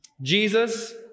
Jesus